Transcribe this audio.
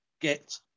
Get